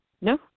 no